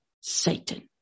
Satan